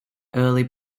early